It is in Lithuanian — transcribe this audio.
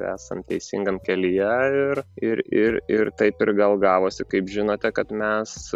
esam teisingame kelyje ir ir ir ir taip ir gal gavosi kaip žinote kad mes